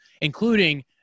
including